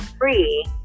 free